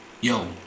yo